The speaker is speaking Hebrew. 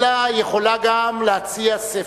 אלא יכולה גם להציע ספר.